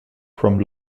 from